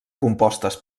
compostes